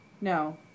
No